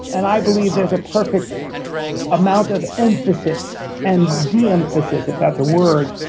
and i believe there's a perfect amount of emphasis and de-emphasis, if that's a word,